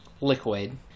liquid